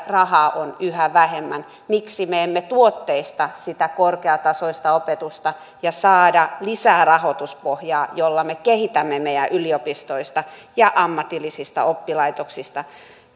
rahaa on yhä vähemmän miksi me emme tuotteista sitä korkeatasoista opetusta ja saa lisää rahoituspohjaa jolla me kehitämme meidän yliopistoistamme ja ammatillisista oppilaitoksistamme